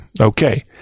okay